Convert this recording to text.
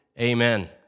amen